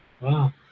Wow